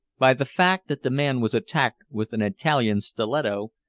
by the fact that the man was attacked with an italian stiletto,